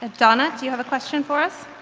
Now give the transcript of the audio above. ah donna do you have a question for us,